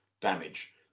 damage